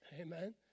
Amen